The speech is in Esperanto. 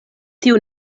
tiu